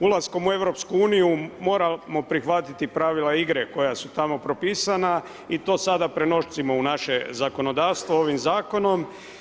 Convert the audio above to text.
Ulaskom u EU moramo prihvatiti pravila igre koja su tako propisana i to sada prenosimo u naše zakonodavstvo ovim zakonom.